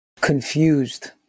confused